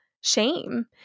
shame